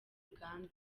uganda